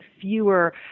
fewer